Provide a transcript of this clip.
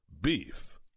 beef